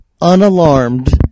unalarmed